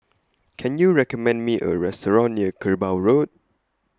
Can YOU recommend Me A Restaurant near Kerbau Road